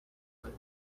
would